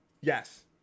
Yes